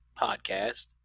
podcast